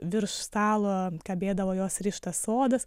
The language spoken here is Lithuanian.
virš stalo kabėdavo jos rištas sodas